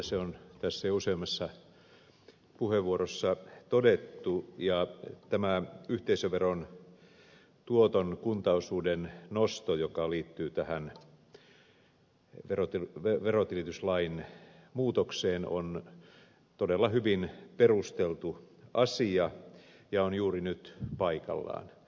se on tässä jo useammassa puheenvuorossa todettu ja tämä yhteisöveron tuoton kuntaosuuden nosto joka liittyy tähän verotilityslain muutokseen on todella hyvin perusteltu asia ja on juuri nyt paikallaan